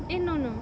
eh no no